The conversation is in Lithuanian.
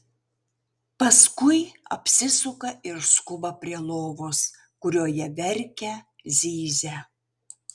paskui apsisuka ir skuba prie lovos kurioje verkia zyzia